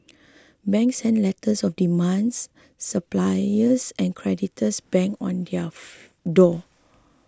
banks sent letters of demands suppliers and creditors banged on their door